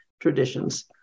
traditions